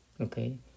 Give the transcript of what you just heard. Okay